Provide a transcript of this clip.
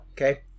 Okay